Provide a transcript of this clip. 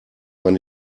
man